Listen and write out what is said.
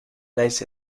nahiz